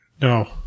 No